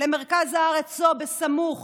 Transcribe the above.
למרכז הארץ או סמוך